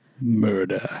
Murder